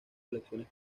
colecciones